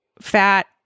fat